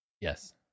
Yes